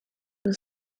were